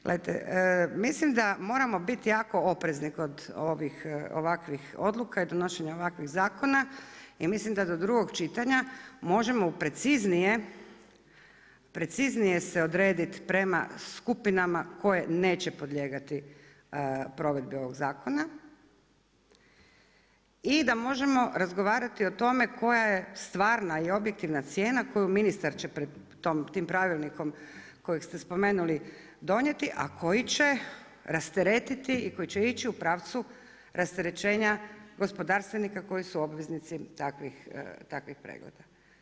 Gledajte, mislim da moramo biti jako oprezni kod ovakvih odluka i donošenja ovakvih zakona i mislim da do drugog čitanja, možemo preciznije se odrediti prema skupnima koje neće podlijegati provedbi ovog zakona i da možemo razgovarati o tome koja je stvarna i objektivna cijena koju ministar će pred tim pravilnikom kojeg ste spomenuli donijeti, ak koji će rasteretiti i koji će ići u pravcu rasterećenja gospodarstvenika koji su obveznici takvih pregleda.